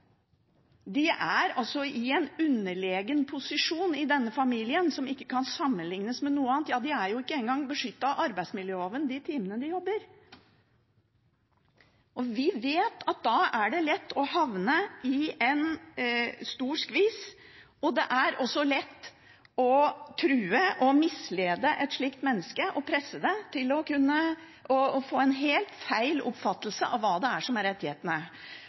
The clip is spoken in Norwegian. er knyttet til vertsfamilien. De er i en underlegen posisjon i familien – som ikke kan sammenlignes med noe annet. De er ikke en gang beskyttet av arbeidsmiljøloven de timene de jobber. Vi vet at da er det lett å havne i en stor skvis, og det er også lett å true og mislede og presse et slikt menneske til å kunne få en helt feil oppfattelse av hva som er realitetene. Hvis de representantene som